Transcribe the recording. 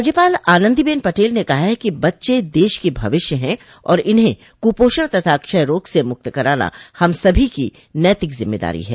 राज्यपाल आनंदीबेन पटेल ने कहा है कि बच्चे देश के भविष्य हैं और इन्हें क्पोषण तथा क्षय रोग से मुक्त कराना हम सभी की नैतिक जिम्मेदारी है